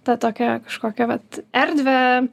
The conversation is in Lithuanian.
tą tokią kažkokią vat erdvę